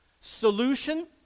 solution